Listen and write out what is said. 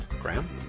Graham